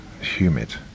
humid